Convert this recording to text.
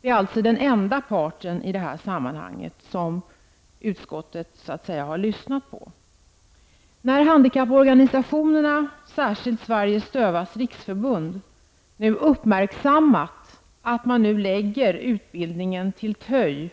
Det är alltså den enda part i det här sammanhanget som utskottet så att säga har lyssnat på. När handikapporganisationerna, särskilt Sveriges dövas riksförbund, nu uppmärksammat att man vill lägga utbildningen till TÖI